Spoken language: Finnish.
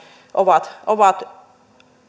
ovat ovat